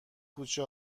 کوچه